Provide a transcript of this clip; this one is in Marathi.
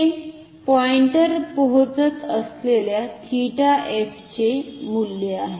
ते पॉईंटर पोहोचत असलेल्या थीटा एफ चे मूल्य आहे